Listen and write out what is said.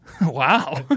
Wow